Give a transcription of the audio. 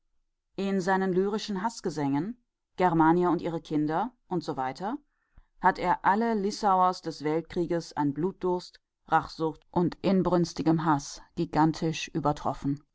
in seinen lyrischen haßgesängen germania und ihre kinder usw hat er alle lissauers des weltkrieges an blutdurst rachsucht und inbrünstigem haß gigantisch übertroffen